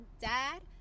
dad